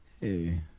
Hey